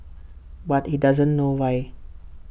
but he doesn't know why